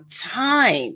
time